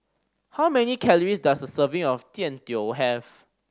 how many calories does a serving of Jian Dui have